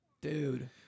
Dude